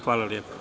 Hvala.